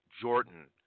Jordan